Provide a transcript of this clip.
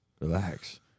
Relax